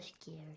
scared